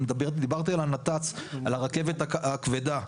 אני דיברתי על הנת"צ על הרכבת הכבדה,